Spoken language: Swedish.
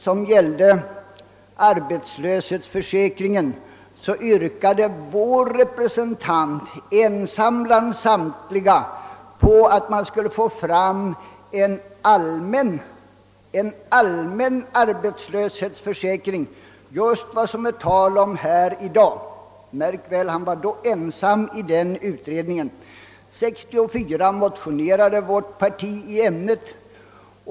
I denna utredning yrkade vår representant ensam bland samtliga på att en allmän arbetslöshetsförsäkring skulle skapas, d.v.s. just vad som är aktuellt här i dag. Märk väl att vår representant då var ensam om detta krav i utredningen! År 1964 motionerade vårt parti i ämnet.